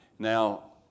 Now